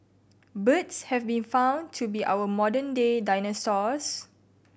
birds have been found to be our modern day dinosaurs